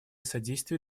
содействию